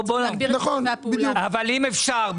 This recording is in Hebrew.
אם אפשר,